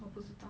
我不知道